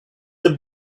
the